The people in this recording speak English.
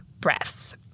breaths